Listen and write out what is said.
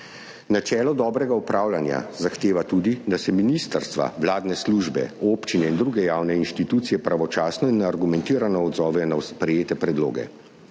Načelo dobrega upravljanja zahteva tudi, da se ministrstva, vladne službe, občine in druge javne institucije pravočasno in argumentirano odzovejo na prejete predloge.